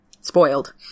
spoiled